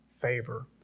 favor